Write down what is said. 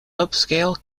upscale